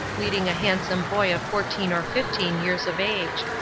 leading a handsome boy of fourteen or fifteen years of age.